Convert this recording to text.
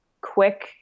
quick